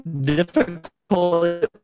difficult